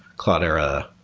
cloudera,